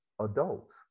adults